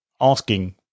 asking